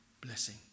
blessing